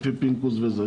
לפי פינדרוס.